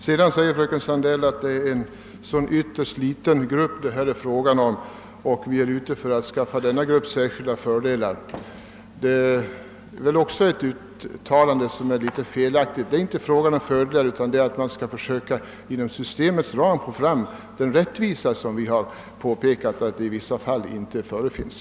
Vidare sade fröken Sandell att det är en vtterst liten grupp som berörs och att vi är ute efter att skaffa denna grupp särskilda fördelar. Också detta är ett felaktigt uttalande. Det är inte fråga om att utverka fördelar utan vi vill bara skapa rättvisa inom en del av systemet där någon sådan för närvarande inte finns.